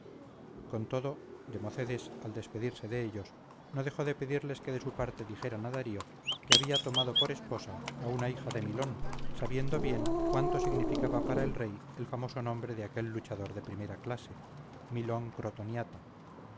con todo democedes al despedirse de ellos no dejó de pedirles que de su parte dijeran a darío que había tomada por esposa a una hija de milon sabiendo bien cuánto significaba para el rey el famoso nombre de aquel luchador de primera clase milon crotoniata